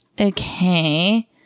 Okay